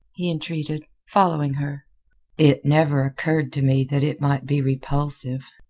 he entreated, following her it never occurred to me that it might be repulsive.